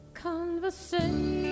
conversation